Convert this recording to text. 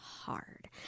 hard